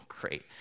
great